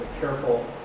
careful